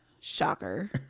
Shocker